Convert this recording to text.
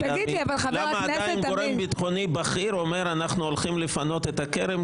עדיין גורם ביטחוני בכיר אומר שאנחנו הולכים לפנות את הכרם